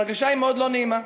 ההרגשה היא מאוד לא נעימה.